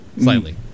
Slightly